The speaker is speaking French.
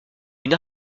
une